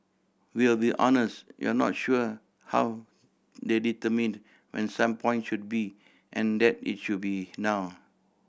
we'll be honest we're not sure how they determined when some point should be and that it should be now